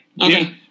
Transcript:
Okay